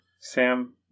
Sam